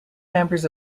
members